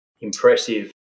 impressive